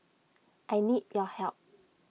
I need your help